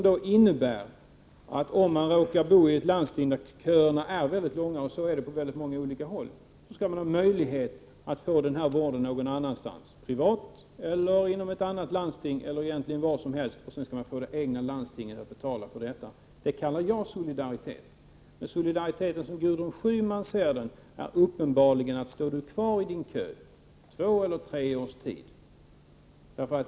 Den innebär att om man råkar bo i ett landsting där köerna är väldigt långa — och så är det på många olika håll — skall man ha möjlighet att få vården någon annanstans, privat eller inom ett annat landsting, eller egentligen var som helst. Och sedan skall man få det egna landstinget att betala för detta. Det kallar jag solidaritet. Men solidariteten som Gudrun Schyman ser den är uppenbarli Prot. 1988/89:105 gen: Stå du kvar i din kö, två eller tre års tid!